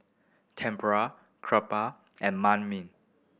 Tempura Crepa and Manh Mi